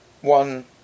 one